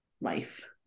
life